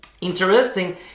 interesting